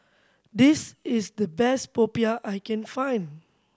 this is the best Popiah I can find